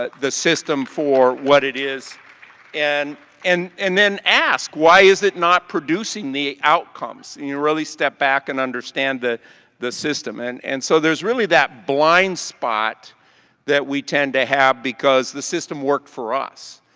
ah the system for what it is and and and then ask why is it not producing the outcome? so you know really step back and understand the the system. and and so there is really that blind spot that we tend to have because the system worked for us